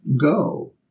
Go